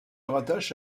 rattache